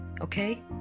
okay